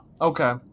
okay